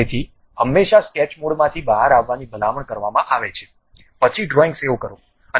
તેથી હંમેશાં સ્કેચ મોડમાંથી બહાર આવવાની ભલામણ કરવામાં આવે છે પછી ડ્રોઈંગ સેવ કરો અને પછીથી તમે તેને ફરીથી ખોલી શકો છો